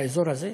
באזור הזה?